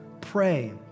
pray